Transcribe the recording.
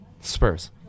Spurs